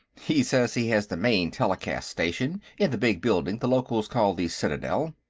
he says he has the main telecast station, in the big building the locals call the citadel.